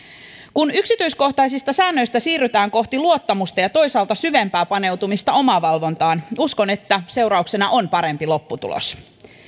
kun yksityiskohtaisista säännöistä siirrytään kohti luottamusta ja toisaalta syvempää paneutumista omavalvontaan uskon että seurauksena on parempi lopputulos